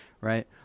Right